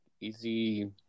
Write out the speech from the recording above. easy